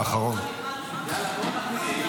אחריו, חבר הכנסת